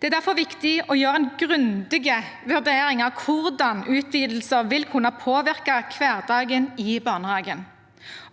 Det er derfor viktig å gjøre en grundig vurdering av hvordan utvidelse vil kunne påvirke hverdagen i barnehagen,